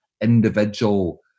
individual